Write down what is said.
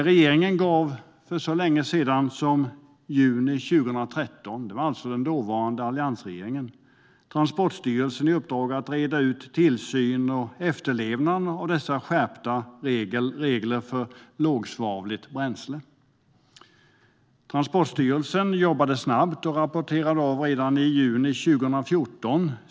Regeringen gav för så länge sedan som i juni 2013 - det var alltså den dåvarande alliansregeringen - Transportstyrelsen i uppdrag att utreda tillsyn och efterlevnad av de skärpta reglerna för lågsvavligt bränsle. Transportstyrelsen jobbade snabbt och avrapporterade sitt uppdrag redan i juni 2014.